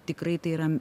tikrai tai yra